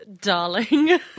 darling